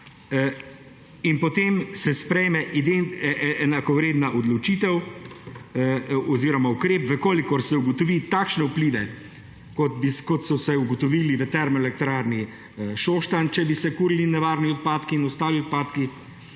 Potem se sprejme enakovredna odločitev oziroma ukrep, v kolikor se ugotovi takšne vplive, kot so se ugotovili v Termoelektrarni Šoštanj, če bi se kurili nevarni odpadki in ostali odpadki,